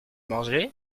mangé